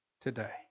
today